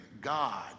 God